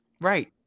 right